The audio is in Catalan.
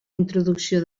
introducció